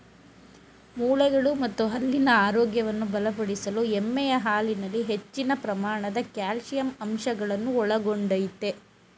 ಮೂಳೆಗಳು ಮತ್ತು ಹಲ್ಲಿನ ಆರೋಗ್ಯವನ್ನು ಬಲಪಡಿಸಲು ಎಮ್ಮೆಯ ಹಾಲಿನಲ್ಲಿ ಹೆಚ್ಚಿನ ಪ್ರಮಾಣದ ಕ್ಯಾಲ್ಸಿಯಂ ಅಂಶಗಳನ್ನು ಒಳಗೊಂಡಯ್ತೆ